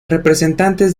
representantes